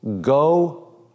go